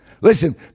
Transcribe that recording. Listen